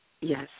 Yes